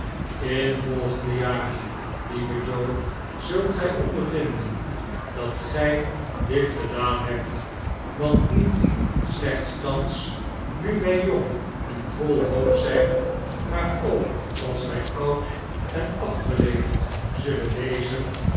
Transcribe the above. in volgende jaren lieve joe zult gij ondervinden dat gij dit gedaan hebt want niet slechts thans nu wij jong en vol hoop zijn r maar ook als wij oud en fcfgeleefd zullen wezen